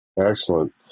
Excellent